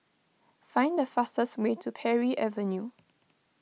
find the fastest way to Parry Avenue